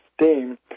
steam